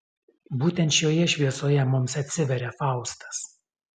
būtent šioje šviesoje mums atsiveria faustas